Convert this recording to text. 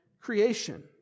creation